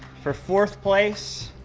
for fourth place,